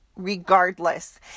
regardless